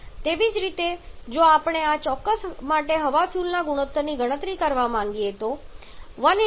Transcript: તેવી જ રીતે જો આપણે આ ચોક્કસ માટે હવા ફ્યુઅલ ગુણોત્તરની ગણતરી કરવા માંગીએ તો 1323